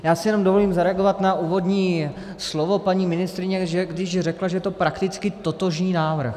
Já si jenom dovolím zareagovat na úvodní slovo paní ministryně, když řekla, že je to prakticky totožný návrh.